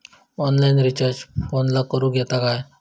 Online recharge फोनला करूक येता काय?